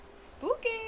Spooky